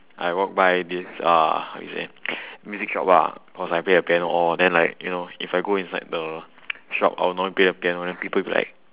I walk by this uh how you say music shop ah cause I play the piano all then like you know if I go inside the shop I will normally play the piano and then people be like